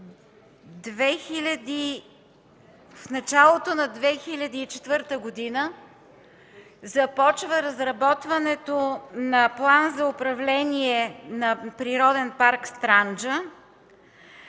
в началото на 2004 г. започва разработването на план за управление на Природен парк „Странджа”,